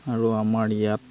আৰু আমাৰ ইয়াত